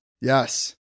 Yes